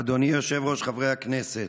אדוני היושב-ראש, חברי הכנסת,